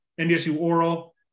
NDSU-Oral